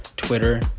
twitter,